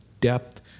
depth